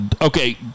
Okay